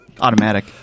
Automatic